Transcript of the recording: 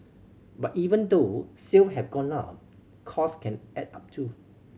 but even though sale have gone up costs can add up too